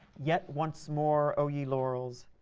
yet once more, o ye laurels,